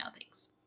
thanks